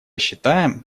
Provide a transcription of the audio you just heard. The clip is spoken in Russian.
считаем